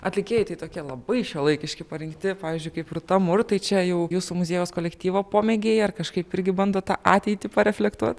atlikėjai tai tokie labai šiuolaikiški parinkti pavyzdžiui kaip rūta mur tai čia jau jūsų muziejaus kolektyvo pomėgiai ar kažkaip irgi bandot tą ateitį pareflektuot